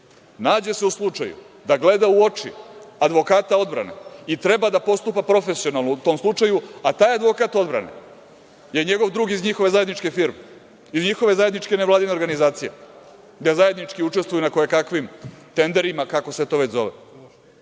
nađe se u slučaju da gleda u oči advokata odbrane i treba da postupa profesionalno u tom slučaju, a taj advokat odbrane je njegov drug iz njihove zajedničke firme, iz njihove zajedničke nevladine organizacije, gde zajednički učestvuju na koje kakvim tenderima, kako se to već zove.I